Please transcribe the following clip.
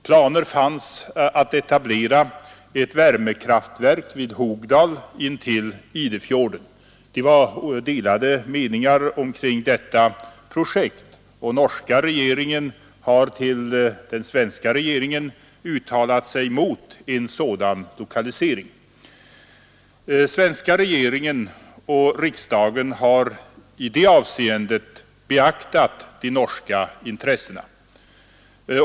Planer fanns att etablera ett värmekraftverk vid Hogdal intill Idefjorden. Norska regeringen har till svenska regeringen uttalat sig mot en sådan lokalisering. Svenska regeringen och riksdagen har i detta hänseende beaktat de norska intressena.